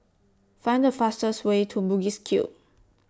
Find The fastest Way to Bugis Cube